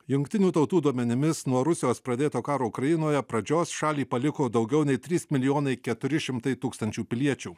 jungtinių tautų duomenimis nuo rusijos pradėto karo ukrainoje pradžios šalį paliko daugiau nei trys milijonai keturi šimtai tūkstančių piliečių